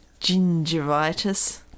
Gingivitis